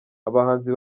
abahanzi